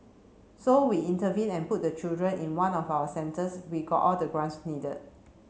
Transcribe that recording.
so we intervened and put the children in one of our centres we got all the grants needed